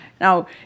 Now